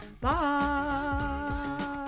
Bye